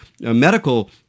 medical